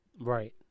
Right